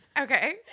Okay